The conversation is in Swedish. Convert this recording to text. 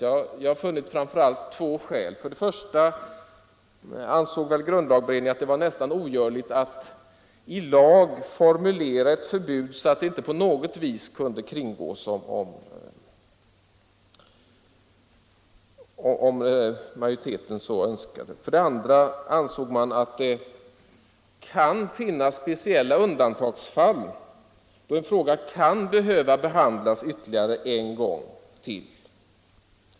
Jag har funnit att det framför allt gjordes av två skäl. För det första ansåg väl grundlagberedningen att det var nästan ogörligt att i lag formulera ett sådant förbud att det inte på något sätt kunde kringgås om majoriteten så önskade. För det andra ansågs det att det kan finnas speciella undantagsfall när en fråga kan behöva behandlas ytterligare en gång.